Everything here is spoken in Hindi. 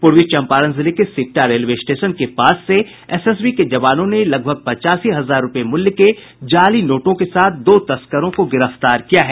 पूर्वी चंपारण जिले के सिकटा रेलवे स्टेशन के पास से एसएसबी के जवानों ने लगभग पचासी हजार रूपये मूल्य के जाली नोटों के साथ दो तस्करों को गिरफ्तार किया है